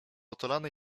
otulona